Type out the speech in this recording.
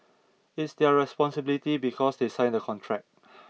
it's their responsibility because they sign the contract